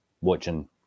watching